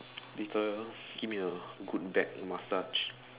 later give me a good back message